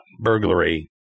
burglary